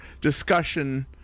discussion